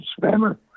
spammer